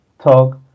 talk